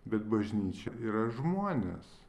bet bažnyčia yra žmonės